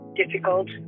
difficult